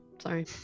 Sorry